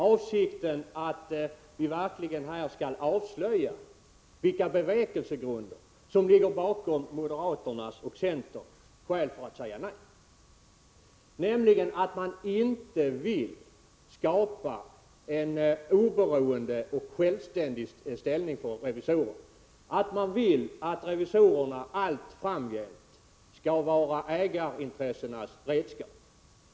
Avsikten är att vi verkligen här skall avslöja vilka bevekelsegrunder som ligger bakom moderaternas och centerns nej till regeringsförslaget, nämligen att man inte vill skapa en oberoende och självständig ställning för revisorerna, att man vill att revisorerna allt framgent skall vara ägarintressenas redskap.